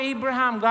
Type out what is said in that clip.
Abraham